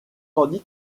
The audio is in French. tandis